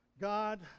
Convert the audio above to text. God